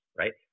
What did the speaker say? right